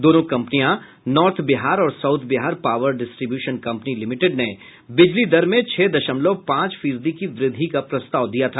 दोनों कंपनियों नार्थ बिहार और South Bihar Power Distribution Company Limited ने बिजली दर में छह दशमलव पांच फीसदी की वृद्धि का प्रस्ताव दिया था